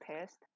pissed